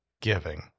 giving